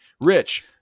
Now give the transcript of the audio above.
Rich